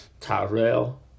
Tyrell